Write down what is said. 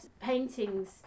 paintings